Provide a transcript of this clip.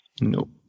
Nope